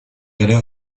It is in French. valeur